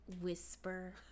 whisper